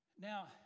Now